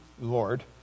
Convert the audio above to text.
Lord